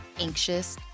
anxious